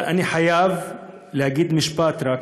אבל אני חייב להגיד רק משפט: